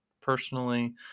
Personally